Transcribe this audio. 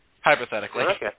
hypothetically